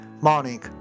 morning